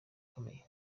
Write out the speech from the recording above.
ikomeye